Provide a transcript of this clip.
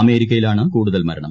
അമേരിക്കിയിലാണ് കൂടുതൽ മരണം